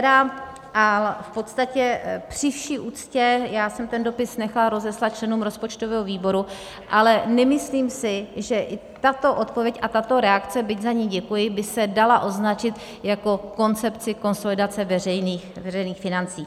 A v podstatě, při vší úctě, já jsem ten dopis nechala rozeslat členům rozpočtového výboru, ale nemyslím si, že i tato odpověď a tato reakce, byť za ni děkuji, by se dala označit jako koncepce konsolidace veřejných financí.